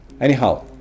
Anyhow